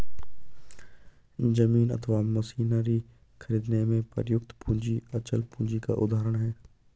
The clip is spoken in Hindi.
जमीन अथवा मशीनरी खरीदने में प्रयुक्त पूंजी अचल पूंजी का उदाहरण है